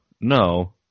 no